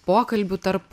pokalbių tarp